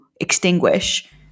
extinguish